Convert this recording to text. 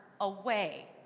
away